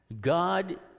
God